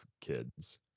kids